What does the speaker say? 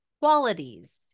qualities